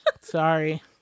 Sorry